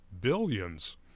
billions